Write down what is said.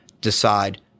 decide